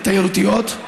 תשתיות תיירותיות,